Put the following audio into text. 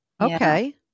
Okay